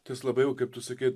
tas labai jau kaip tu sakei